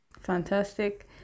Fantastic